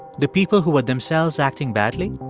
the people who were themselves acting badly?